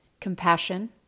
Compassion